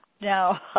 Now